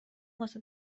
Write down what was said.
واسه